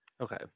okay